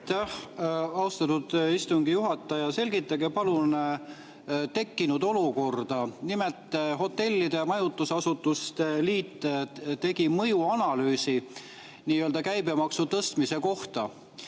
Austatud istungi juhataja! Selgitage palun tekkinud olukorda. Nimelt, hotellide ja majutusasutuste liit tegi mõjuanalüüsi käibemaksu tõstmise kohta